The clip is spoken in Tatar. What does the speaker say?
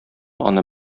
аны